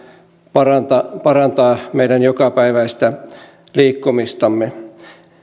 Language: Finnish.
parantaa parantaa meidän jokapäiväistä liikkumistamme